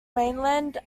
mainland